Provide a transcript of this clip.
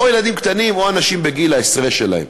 או ילדים קטנים או בגיל העשרה שלהם.